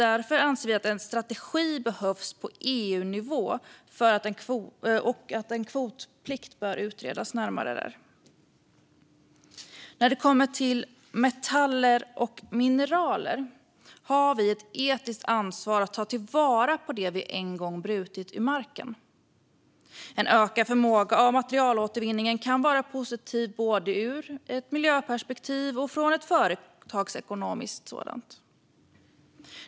Därför anser vi att det behövs en strategi på EU-nivå och att en kvotplikt bör utredas närmare. När det gäller metaller och mineral har vi ett etiskt ansvar att ta vara på det vi en gång brutit ur marken. En ökad förmåga att återvinna material kan vara positiv både från miljösynpunkt och ur ett företagsekonomiskt perspektiv.